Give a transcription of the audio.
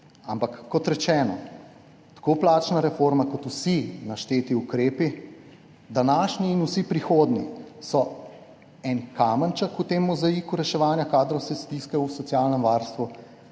stisko. Kot rečeno, tako plačna reforma kot vsi našteti ukrepi, današnji in vsi prihodnji, so en kamenček v tem mozaiku reševanja kadrovske stiske v socialnem varstvu,